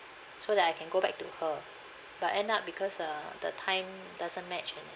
so that I can go back to her but end up because uh the time doesn't matched and